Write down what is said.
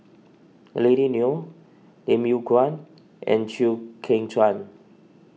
Lily Neo Lim Yew Kuan and Chew Kheng Chuan